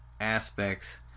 aspects